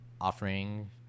offering